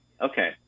Okay